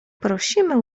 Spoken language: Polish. prosimy